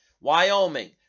Wyoming